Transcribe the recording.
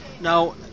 now